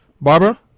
Barbara